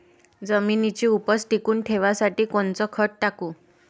जमिनीची उपज टिकून ठेवासाठी कोनचं खत टाकू?